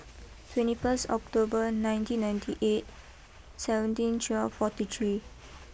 twenty first October nineteen ninety eight seventeen twelve forty three